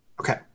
okay